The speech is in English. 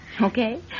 Okay